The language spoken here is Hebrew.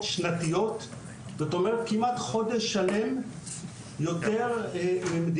זאת אומרת כמעט חודש שלם יותר ממדינות ה-OECD.